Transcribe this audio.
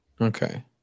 Okay